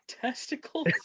testicles